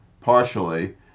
partially